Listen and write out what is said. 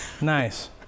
Nice